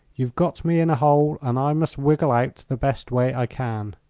you've got me in a hole, and i must wiggle out the best way i can.